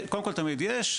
קודם כל תמיד יש,